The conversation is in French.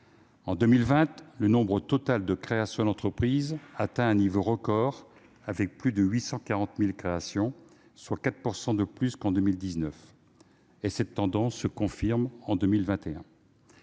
en 2020, le nombre total de créations d'entreprises a atteint un nouveau record, avec plus de 840 000 créations, soit 4 % de plus qu'en 2019, et cette tendance se confirme en 2021.